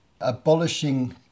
abolishing